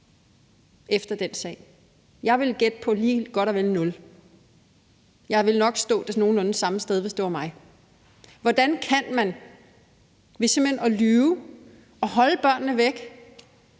efter den sag? Jeg vil gætte på lige godt og vel nul. Jeg ville nok stå det nogenlunde samme sted, hvis det var mig. Hvordan kan man ved simpelt hen at lyve og holde børnene væk